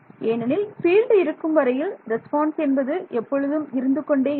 ஏனெனில் பீல்டு இருக்கும் வரையில் ரெஸ்பான்ஸ் என்பது எப்பொழுதும் இருந்து கொண்டே இருக்கும்